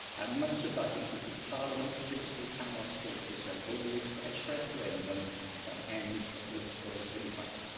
and much of that is because parliament simply cannot sort this out. only a fresh referendum can end the political impasse.